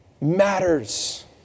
matters